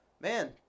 man